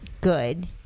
good